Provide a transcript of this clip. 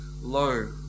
low